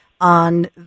on